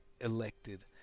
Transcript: elected